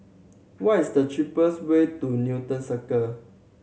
what is the cheapest way to Newton Circu